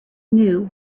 knew